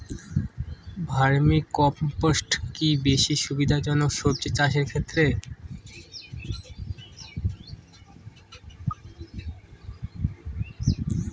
Vermi compost কি বেশী সুবিধা জনক সবজি চাষের ক্ষেত্রে?